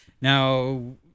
Now